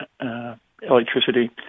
electricity